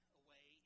away